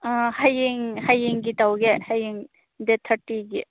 ꯍꯌꯦꯡ ꯍꯌꯦꯡꯒꯤ ꯇꯧꯒꯦ ꯍꯌꯦꯡ ꯗꯦꯠ ꯊꯥꯔꯇꯤꯒꯤ